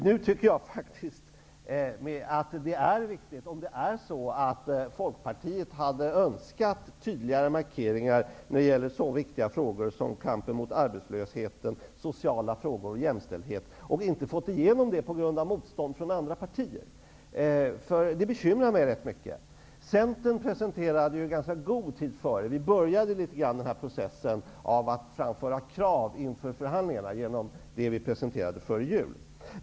Jag tycker dock att det är viktigt om det är så att Folkpartiet hade önskat göra tydligare markeringar när det gäller så viktiga saker som kampen mot arbetslösheten, sociala frågor och jämställdhet men inte lyckats med det på grund av motstånd från andra partier. Det bekymrar mig ganska mycket. Centern presenterade sina åsikter i ganska god tid. Vi påbörjade processen att framföra krav inför förhandlingarna genom det vi presenterade före jul.